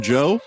Joe